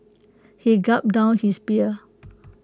he gulped down his beer